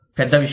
పెద్ద విషయం